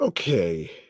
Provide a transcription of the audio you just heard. Okay